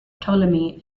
ptolemy